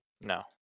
No